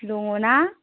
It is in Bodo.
दङना